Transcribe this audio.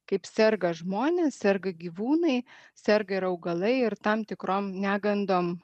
kaip serga žmonės serga gyvūnai serga ir augalai ir tam tikrom negandom